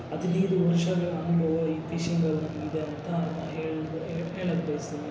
ಹದಿನೈದು ವರ್ಷಗಳ ಅನುಭವ ಈ ಫಿಶಿಂಗಲ್ಲಿ ನನ್ಗೆ ಇದೆ ಅಂತ ಹೇಳಿ ಹೇಳೋಕೆ ಬಯಸ್ತೀನಿ